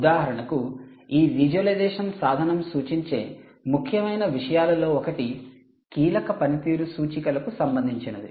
ఉదాహరణకు ఈ విజువలైజేషన్ సాధనం సూచించే ముఖ్యమైన విషయాలలో ఒకటి కీలక పనితీరు సూచికలకు సంబంధించినది